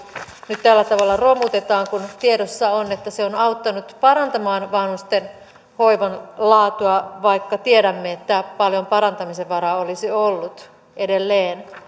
nyt tällä tavalla romutetaan kun tiedossa on että se on auttanut parantamaan vanhusten hoivan laatua vaikka tiedämme että paljon parantamisen varaa olisi ollut edelleen